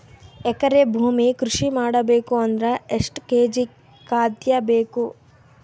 ಎಕರೆ ಭೂಮಿ ಕೃಷಿ ಮಾಡಬೇಕು ಅಂದ್ರ ಎಷ್ಟ ಕೇಜಿ ಖಾದ್ಯ ಬೇಕು?